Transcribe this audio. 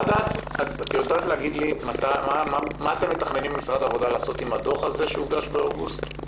את יודעת להגיד לי מה מתכנן משרד העבודה לעשות עם הדוח שהוגש באוגוסט?